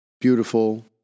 beautiful